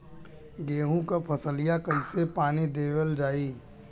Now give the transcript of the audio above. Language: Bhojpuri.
गेहूँक फसलिया कईसे पानी देवल जाई?